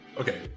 okay